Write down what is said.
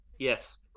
Yes